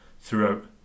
throughout